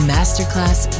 Masterclass